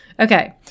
Okay